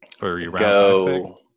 go